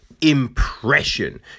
impression